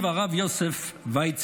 הרב יוסף ויצן,